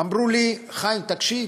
אמרו לי: חיים, תקשיב: